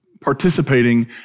participating